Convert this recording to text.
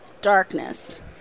darkness